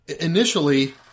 initially